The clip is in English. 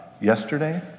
yesterday